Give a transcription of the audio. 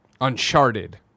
uncharted